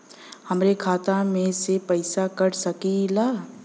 हमरे खाता में से पैसा कटा सकी ला?